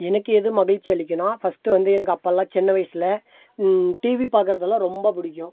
எனக்கு எது மகிழ்ச்சி அளிக்கும்னா ஃபஸ்ட்டு வந்து எனக்கு அப்போல்லாம் சின்ன வயசில் டிவி பாக்கிறதுல்லாம் ரொம்ப பிடிக்கும்